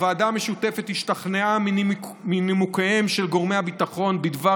הוועדה המשותפת השתכנעה מנימוקיהם של גורמי הביטחון בדבר